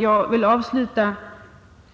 Jag vill avsluta